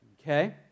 Okay